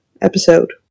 episode